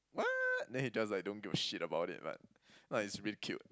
what then he just like don't give a shit about it but ya he's really cute